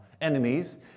enemies